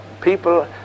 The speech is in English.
people